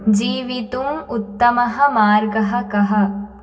जीवितुम् उत्तमः मार्गः कः